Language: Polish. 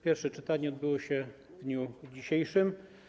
Pierwsze czytanie odbyło się w dniu dzisiejszym.